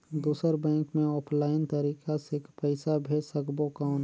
दुसर बैंक मे ऑफलाइन तरीका से पइसा भेज सकबो कौन?